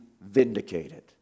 vindicated